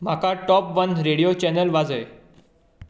म्हाका top one radio channel वाजय